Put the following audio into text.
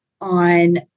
on